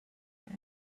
have